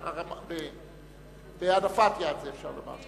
את זה אפשר לומר,